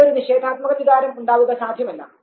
ഇവിടെ ഒരു നിഷേധാത്മക വികാരം ഉണ്ടാവുക സാധ്യമല്ല